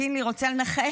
קינלי, רוצה לנחש?